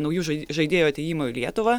naujų žaidėjų atėjimo į lietuvą